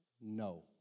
No